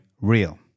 real